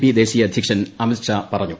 P ദേശീയ അദ്ധ്യക്ഷൻ അമിത്ഷാ പറഞ്ഞു